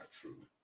true